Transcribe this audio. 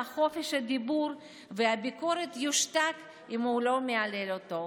חופש הדיבור והביקורת יושתקו אם הם לא מהללים אותו,